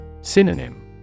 Synonym